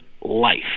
life